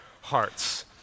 hearts